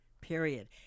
Period